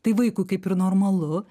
tai vaikui kaip ir normalu